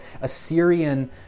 Assyrian